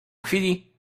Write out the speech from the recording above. chwili